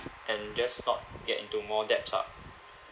and just not get into more debts lah